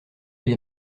les